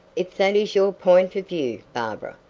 if that is your point of view, barbara,